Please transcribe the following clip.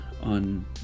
on